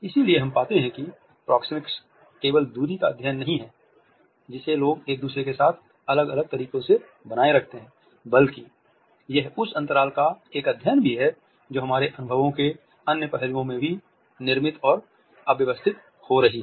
इसलिए हम पाते हैं कि प्रॉक्सिमिक्स केवल दूरी का अध्ययन नहीं है जिसे लोग एक दूसरे के साथ अलग अलग तरीकों से बनाए रखते हैं बल्कि यह उस अंतराल का एक अध्ययन भी है जोकि हमारे अनुभवों के अन्य पहलुओं में निर्मित और व्यवस्थित हो रही है